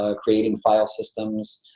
ah creating filesystems,